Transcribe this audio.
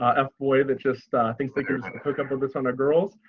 ah f boy that just thinks they can hook up with this on a girls.